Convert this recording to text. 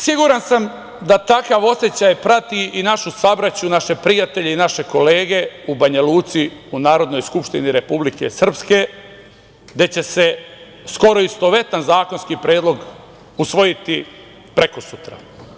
Siguran sam da takav osećaj prati i našu sabraću, naše prijatelje i naše kolege u Banja Luci u Narodnoj skupštini Republike Srpske, gde će se skoro istovetan zakonski predlog usvojiti prekosutra.